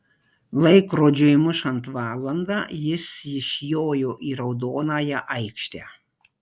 laikrodžiui mušant valandą jis išjojo į raudonąją aikštę